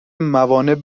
موانع